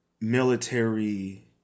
military